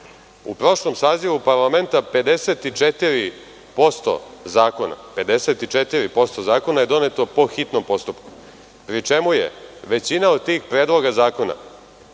U prošlom sazivu parlamenta, 54% zakona, 54% zakona je doneto po hitnom postupku. Pri čemu je većina od tih predloga zakona